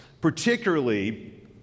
particularly